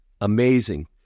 amazing